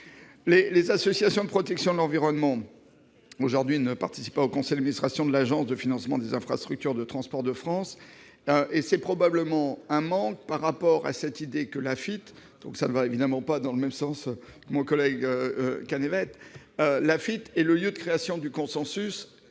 les associations de protection de l'environnement ne participent pas au conseil d'administration de l'Agence de financement des infrastructures de transport de France, et c'est probablement un manque. Je prendrai le contre-pied de mon collègue Canevet : l'Afitf est le lieu de création du consensus